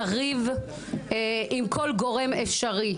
לריב עם כל גורם אפשרי,